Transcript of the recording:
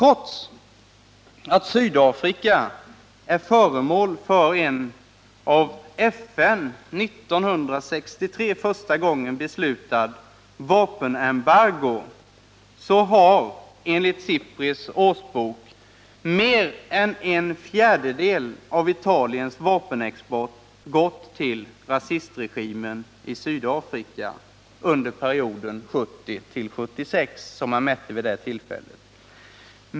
Trots att Sydafrika är föremål för ett av FN år 1963 första gången beslutat vapenembargo har enligt SIPRI:s årsbok mer än en fjärdedel av Italiens vapenexport gått till rasistregimen i Sydafrika.